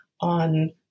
on